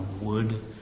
wood